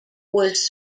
was